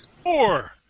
Four